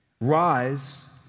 rise